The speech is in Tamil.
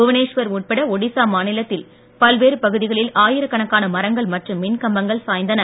புவனேஸ்வர் உட்பட ஒடிஸா மாநிலத்தில் பல்வேறு பகுதிகளில் ஆயிரக் கணக்கான மரங்கள் மற்றும் மின் கம்பங்கள் சாய்ந்தன